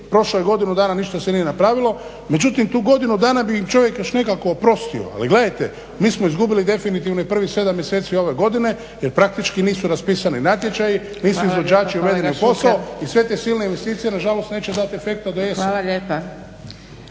prošlo je godinu dana, ništa se nije napravilo, međutim tu godinu dana bi čovjek još nekako oprostio ali gledajte mi smo izgubili definitivno i prvih sedam mjeseci ove godine jer praktički nisu raspisani natječaji, nisu izvođači … na posao i sve te silne investicije nažalost neće dat efekta do jeseni.